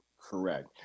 Correct